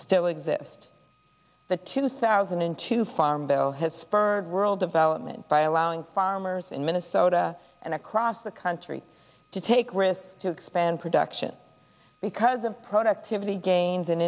still exist the two thousand and two farm bill has spurred rural development by allowing farmers in minnesota and across the country to take risks to expand production because of productivity gains in